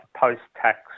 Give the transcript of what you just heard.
post-tax